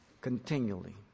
continually